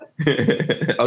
Okay